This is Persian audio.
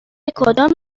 کدام